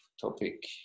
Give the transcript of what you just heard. topic